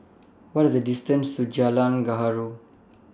What IS The distance to Jalan Gaharu